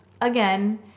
again